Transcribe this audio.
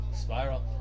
Spiral